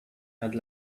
had